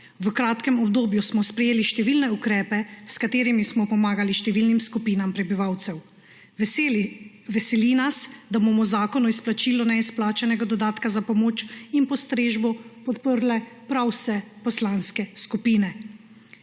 V kratkem obdobju smo sprejeli številne ukrepe, s katerimi smo pomagali številnim skupinam prebivalcev. Veseli nas, da bomo zakon o izplačilu neizplačanega dodatka za pomoč in postrežbo podprle prav vse poslanske skupine.